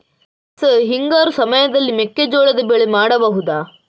Sir ಹಿಂಗಾರು ಸಮಯದಲ್ಲಿ ಮೆಕ್ಕೆಜೋಳದ ಬೆಳೆ ಮಾಡಬಹುದಾ?